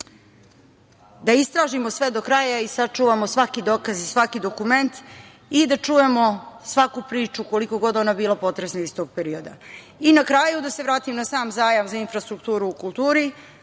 da istražimo sve do kraja i sačuvamo svaki dokaz i svaki dokument i da čujemo svaku priču koliko god bila ona potresna iz tog perioda. Na kraju da se vratim i na sam zajam za infrastrukturu u kulturi.